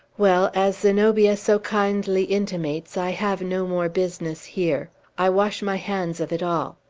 well, as zenobia so kindly intimates, i have no more business here. i wash my hands of it all.